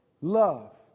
Love